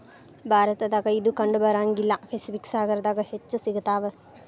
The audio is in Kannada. ಭಾರತದಾಗ ಇದು ಕಂಡಬರಂಗಿಲ್ಲಾ ಪೆಸಿಫಿಕ್ ಸಾಗರದಾಗ ಹೆಚ್ಚ ಸಿಗತಾವ